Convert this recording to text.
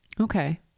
Okay